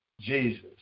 Jesus